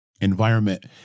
environment